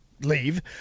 leave